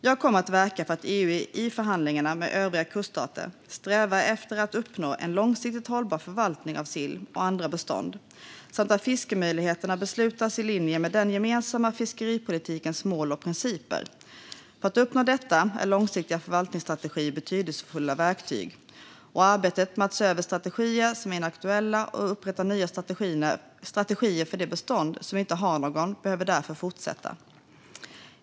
Jag kommer att verka för att EU i förhandlingarna med övriga kuststater strävar efter att uppnå en långsiktigt hållbar förvaltning av sill och andra bestånd samt att fiskemöjligheterna beslutas i linje med den gemensamma fiskeripolitikens mål och principer. För att uppnå detta är långsiktiga förvaltningsstrategier betydelsefulla verktyg, och arbetet med att se över strategier som är inaktuella och upprätta nya strategier för de bestånd som inte har någon behöver därför fortsätta.